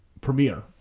premiere